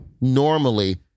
Normally